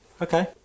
Okay